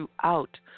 throughout